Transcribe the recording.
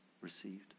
received